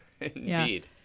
Indeed